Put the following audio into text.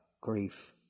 grief